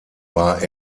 war